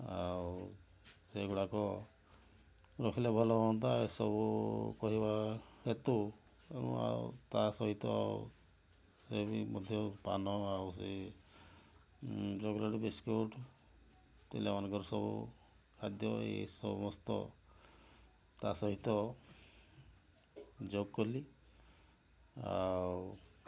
ଆଉ ସେଗୁଡ଼ାକ ରଖିଲେ ଭଲ ହୁଅନ୍ତା ଏ ସବୁ କହିବା ହେତୁ ମୁଁ ଆଉ ତା' ସହିତ ଏବେବି ମଧ୍ୟ ପାନ ଆଉ ସେଇ ଚକୋଲେଟ୍ ବିସ୍କୁଟ୍ ପିଲାମାନଙ୍କର ସବୁ ଖାଦ୍ୟ ଏ ସମସ୍ତ ତା' ସହିତ ଯୋଗ କଲି ଆଉ